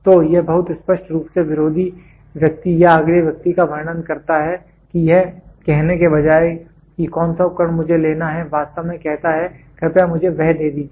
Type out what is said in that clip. तो यह बहुत स्पष्ट रूप से विरोधी व्यक्ति या अगले व्यक्ति का वर्णन करता है कि यह कहने के बजाय कि कौन सा उपकरण मुझे लेना है वास्तव में कहता है कृपया मुझे वह दे दीजिए